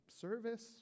service